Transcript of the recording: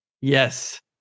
Yes